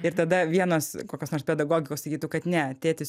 ir tada vienos kokios nors pedagogikos sakytų kad ne tėtis